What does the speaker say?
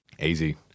easy